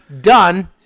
Done